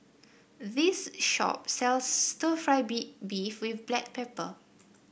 this shop sells stir fry beef with Black Pepper